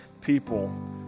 people